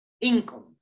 income